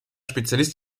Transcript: spezialist